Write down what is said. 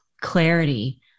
clarity